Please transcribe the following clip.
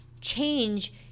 change